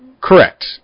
Correct